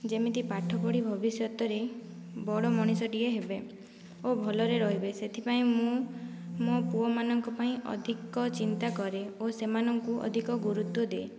ଯେମିତି ପାଠପଢ଼ି ଭବିଷ୍ୟତରେ ବଡ଼ ମଣିଷଟିଏ ହେବେ ଓ ଭଲରେ ରହିବେ ସେଥିପାଇଁ ମୁଁ ମୋ ପୁଅମାନଙ୍କ ପାଇଁ ଅଧିକ ଚିନ୍ତା କରେ ଓ ସେମାନଙ୍କୁ ଅଧିକ ଗୁରୁତ୍ଵ ଦିଏ